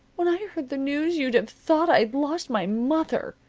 when i heard the news you'd have thought i had lost my mother.